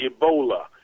Ebola